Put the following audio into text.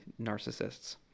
narcissists